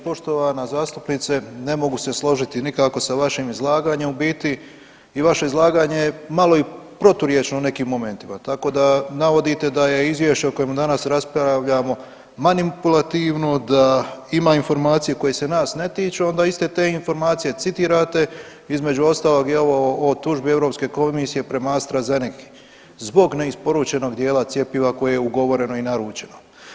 Poštovana zastupnice, ne mogu se složiti nikako sa vašim izlaganjem u biti i vaše izlaganje malo je i proturječno u nekim momentima, tako da, navodite da je Izvješće o kojemu danas raspravljamo manipulativno, da ima informacije koje se nas ne tiču, a onda iste te informacije citirate, između ostalog i ovo oko tužbe Astra Zenece zbog neisporučenog dijela cjepiva koje je ugovoreno i naručeno.